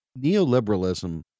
Neoliberalism